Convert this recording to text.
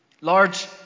Large